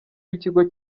w’ikigo